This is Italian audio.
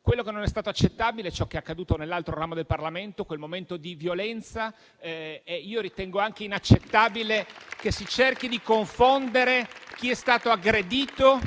Quello che non è stato accettabile è ciò che è accaduto nell'altro ramo del Parlamento, con quel momento di violenza, e ritengo anche inaccettabile che si cerchi di confondere chi è stato aggredito